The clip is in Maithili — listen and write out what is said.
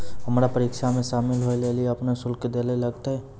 हमरा परीक्षा मे शामिल होय लेली अपनो शुल्क दैल लागतै